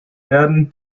werden